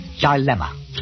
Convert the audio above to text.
dilemma